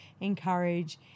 encourage